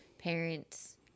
parents